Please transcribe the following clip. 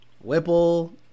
Whipple